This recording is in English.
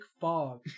fog